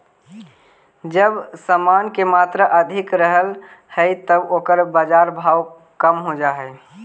जब समान के मात्रा अधिक रहऽ हई त ओकर बाजार भाव कम हो जा हई